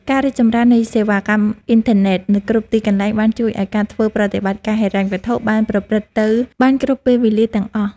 ការរីកចម្រើននៃសេវាកម្មអ៊ីនធឺណិតនៅគ្រប់ទីកន្លែងបានជួយឱ្យការធ្វើប្រតិបត្តិការហិរញ្ញវត្ថុអាចប្រព្រឹត្តទៅបានគ្រប់ពេលវេលាទាំងអស់។